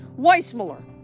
Weissmuller